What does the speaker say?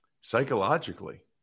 psychologically